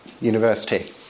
university